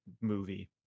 movie